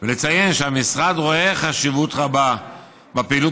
ולציין שהמשרד רואה חשיבות רבה בפעילות